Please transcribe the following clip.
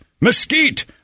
mesquite